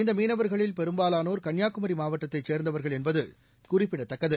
இந்தமீனவர்களில் பெரும்பாலானோர் கன்னியாகுமரிமாவட்டத்தைச் சேர்ந்தவர்கள் என்பதுகுறிப்பிடத்தக்கது